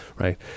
right